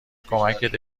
کمکت